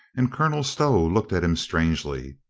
and colonel stow looked at him strangely.